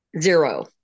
zero